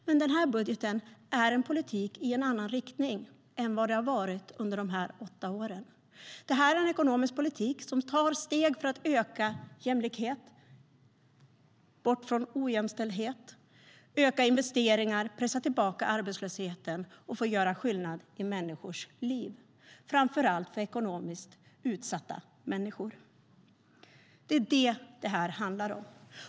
Men den här budgeten är en politik i en annan riktning än det har varit under de här åtta åren. Det här är en ekonomisk politik som tar steg för att öka jämlikhet, ta oss bort från ojämställdhet, öka investeringar, pressa tillbaka arbetslösheten och göra skillnad i människors liv - framför allt för ekonomiskt utsatta människor. Det är det som det här handlar om.